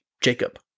Jacob